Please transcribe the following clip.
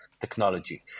technology